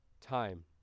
time